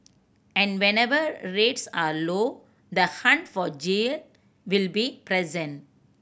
and whenever rates are low the hunt for will be present